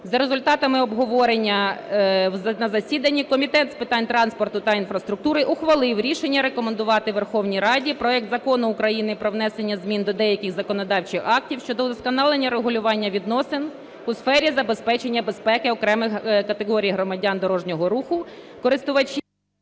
За результатами обговорення на засіданні Комітет з питань транспорту та інфраструктури ухвалив рішення рекомендувати Верховній Раді проект Закону України про внесення змін до деяких законодавчих актів щодо вдосконалення регулювання відносин у сфері забезпечення безпеки окремих категорій учасників дорожнього руху… ГОЛОВУЮЧИЙ.